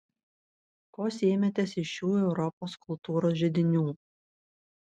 ko sėmėtės iš šių europos kultūros židinių